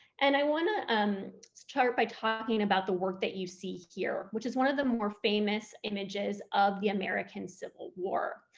and i want to um start by talking about the work that you see here, which is one of the more famous images of the american civil war.